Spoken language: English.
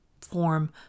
form